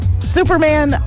Superman